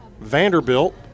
Vanderbilt